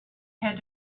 had